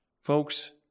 Folks